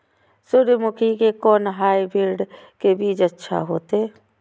सूर्यमुखी के कोन हाइब्रिड के बीज अच्छा होते?